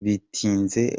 bitinze